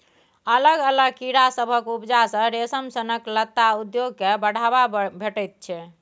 अलग अलग कीड़ा सभक उपजा सँ रेशम सनक लत्ता उद्योग केँ बढ़ाबा भेटैत छै